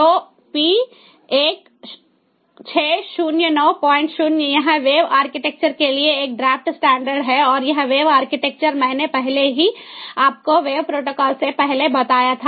तो P16090 यह wave architecture के लिए एक ड्राफ्ट स्टैंडर्ड है और यह वेव आर्किटेक्चर मैंने पहले ही आपको वेव प्रोटोकॉल से पहले बताया था